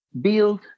build